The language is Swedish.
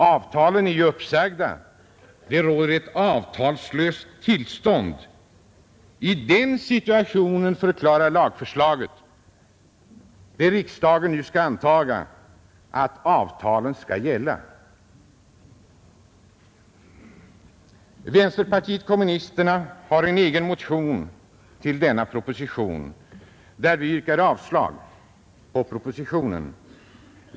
Avtalen är ju uppsagda. Det råder ett avtalslöst tillstånd. I den situationen förklarar det lagförslag som riksdagen nu skall antaga att avtalen skall gälla. Vänsterpartiet kommunisterna har en egen motion, där vi yrkar avslag på propositionen 50.